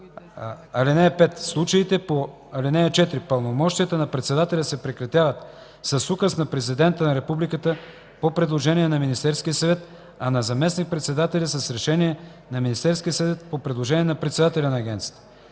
„(5) В случаите по ал. 4 пълномощията на председателя се прекратяват с указ на президента на републиката по предложение на Министерския съвет, а на заместник-председател – с решение на Министерския съвет по предложение на председателя на агенцията.“;